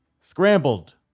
scrambled